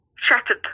shattered